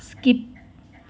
skip